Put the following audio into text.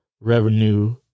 revenue